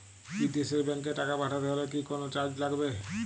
বিদেশের ব্যাংক এ টাকা পাঠাতে হলে কি কোনো চার্জ লাগবে?